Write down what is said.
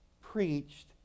preached